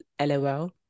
LOL